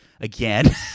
again